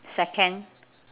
second